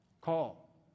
Call